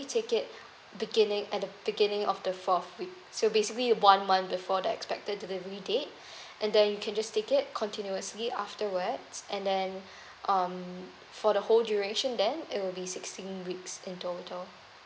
take it beginning at the beginning of the fourth week so basically one month before the expected delivery date and then you can just take it continuously afterwards and then um for the whole duration then it will be sixteen weeks in total